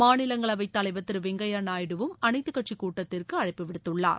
மாநிலங்களவைத் தலைவர் திரு வெங்கய்யா நாயுடுவும் அனைத்துக் கட்சிக் கூட்டத்திற்கு அழைப்பு விடுத்துள்ளார்